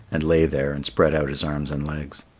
and lay there and spread out his arms and legs.